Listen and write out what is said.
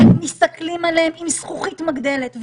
מסתכלים עליהם עם זכוכית מגדלת.